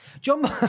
John